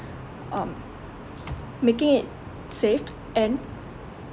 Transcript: um making it safe and